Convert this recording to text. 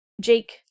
Jake